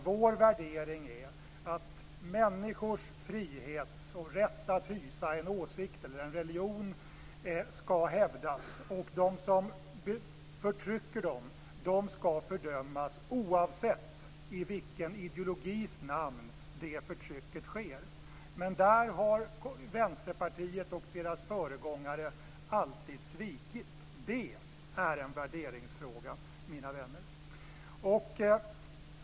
Vår värdering är att människors frihet och rätt att hysa en åsikt eller en religion skall hävdas. De som förtrycker dem skall fördömas, oavsett i vilken ideologis namn förtrycket sker. Men där har Vänsterpartiet och dess föregångare alltid svikit. Det är en värderingsfråga, mina vänner.